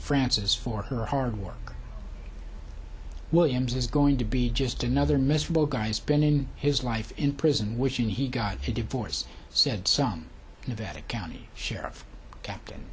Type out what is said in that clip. francis for her hard work williams is going to be just another miserable guy's been in his life in prison wishing he got a divorce said some nevada county sheriff captain